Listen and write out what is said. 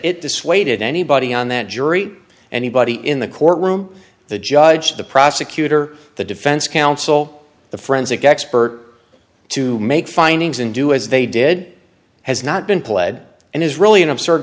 it dissuaded anybody on that jury anybody in the courtroom the judge the prosecutor the defense counsel the forensic expert to make findings and do as they did has not been pled and is really an absurd